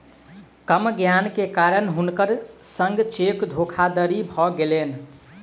कम ज्ञान के कारण हुनकर संग चेक धोखादड़ी भ गेलैन